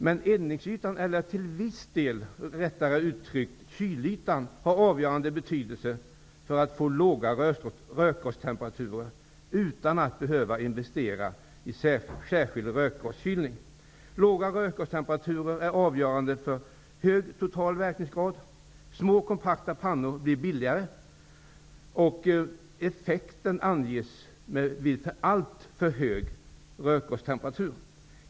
Men eldningsytan -- eller till viss del rättare sagt kylytan -- har avgörande betydelse för att man skall ha låga rökgastemperaturer utan att behöva investera i en särskild rökgaskylning. Låga rökgastemperaturer är avgörande för hög total verkningsgrad. Små, kompakta pannor blir billigare, men effekten anges vid på tok för höga rökgastemperaturer.